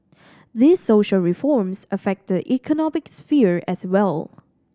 these social reforms affect the economic sphere as well